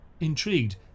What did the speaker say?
Intrigued